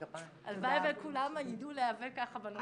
הלוואי וכולם יידעו להיאבק ככה בנושא הזה.